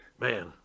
Man